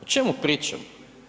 O čemu pričamo?